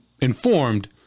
informed